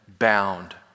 bound